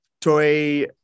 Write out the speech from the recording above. toi